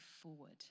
forward